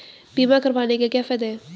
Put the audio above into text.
बीमा करवाने के क्या फायदे हैं?